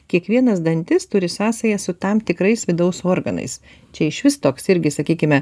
kiekvienas dantis turi sąsają su tam tikrais vidaus organais čia išvis toks irgi sakykime